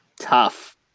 tough